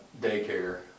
daycare